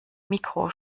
mikro